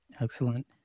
Excellent